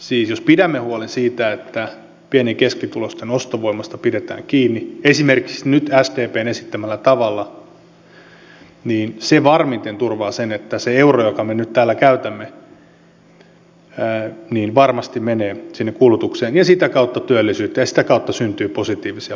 siis jos pidämme huolen siitä että pieni ja keskituloisten ostovoimasta pidetään kiinni esimerkiksi nyt sdpn esittämällä tavalla se varmimmin turvaa sen että se euro jonka me nyt täällä käytämme menee varmasti sinne kulutukseen ja sitä kautta työllisyyteen ja sitä kautta syntyy positiivisia vaikutuksia